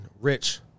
Rich